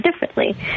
differently